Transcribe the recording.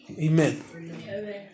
Amen